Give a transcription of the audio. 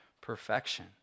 perfection